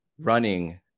running